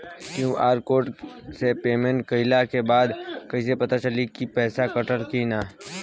QR code से payment कईला के बाद कईसे पता चली की पैसा कटल की ना?